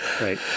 Right